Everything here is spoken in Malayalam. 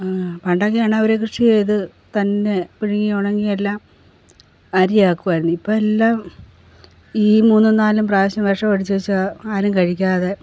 പണ്ടൊക്കെ ആണെങ്കിൽ അവർ കൃഷി ചെയ്ത് തന്നെ പുഴുങ്ങിയുണങ്ങി എല്ലാം അരിയാക്കുമായിരുന്നു ഇപ്പോൾ എല്ലാം ഈ മൂന്നും നാലും പ്രാവശ്യം വിഷം അടിച്ചേച്ചാൽ ആരും കഴിക്കാതെ